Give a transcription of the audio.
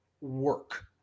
work